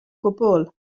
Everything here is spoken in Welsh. gwbl